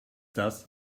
das